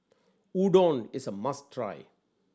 udon is a must try